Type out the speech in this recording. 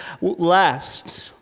last